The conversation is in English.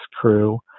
crew